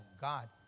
God